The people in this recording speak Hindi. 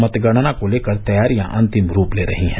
मतगणना को लेकर तैयारियां अन्तिम रूप ले रही हैं